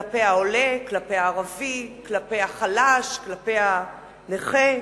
כלפי העולה, כלפי הערבי, כלפי החלש, כלפי הנכה.